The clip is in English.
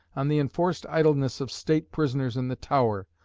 on the enforced idleness of state prisoners in the tower,